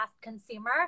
consumer